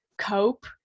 cope